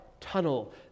tunnel